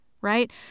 right